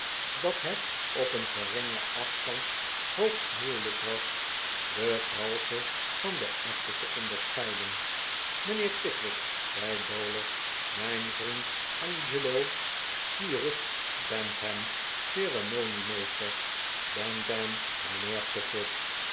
dat het op een geringen afstand hoogst moeilijk was de valsche van de echte te onderscheiden mijnheer pickwick zei dowler mijn vriend angelo cyrus bantam ceremoniemeester bantam mijnheer pickwick